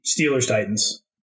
Steelers-Titans